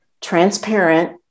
transparent